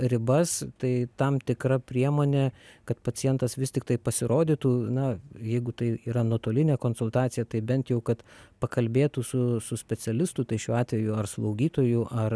ribas tai tam tikra priemonė kad pacientas vis tiktai pasirodytų na jeigu tai yra nuotolinė konsultacija tai bent jau kad pakalbėtų su su specialistu tai šiuo atveju ar slaugytoju ar